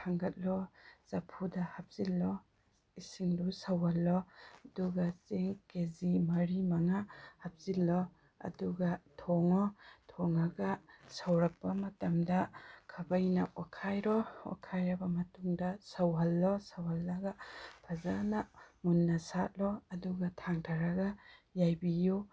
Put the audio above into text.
ꯊꯥꯡꯒꯠꯂꯣ ꯆꯐꯨꯗ ꯍꯥꯞꯆꯤꯜꯂꯣ ꯏꯁꯤꯡꯗꯨ ꯁꯧꯍꯜꯂꯣ ꯑꯗꯨꯒ ꯆꯦꯡ ꯀꯦ ꯖꯤ ꯃꯔꯤ ꯃꯉꯥ ꯍꯥꯞꯆꯤꯜꯂꯣ ꯑꯗꯨꯒ ꯊꯣꯡꯉꯣ ꯊꯣꯡꯉꯒ ꯁꯧꯔꯛꯄ ꯃꯇꯝꯗ ꯈꯥꯕꯩꯅ ꯑꯣꯠꯈꯥꯏꯔꯣ ꯑꯣꯠꯈꯥꯏꯔꯕ ꯃꯇꯨꯡꯗ ꯁꯧꯍꯜꯂꯣ ꯁꯧꯍꯜꯂꯒ ꯐꯖꯅ ꯃꯨꯟꯅ ꯁꯥꯠꯂꯣ ꯑꯗꯨꯒ ꯊꯥꯡꯊꯔꯒ ꯌꯥꯏꯕꯤꯌꯨ